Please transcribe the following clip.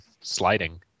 sliding